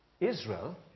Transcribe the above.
Israel